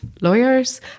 lawyers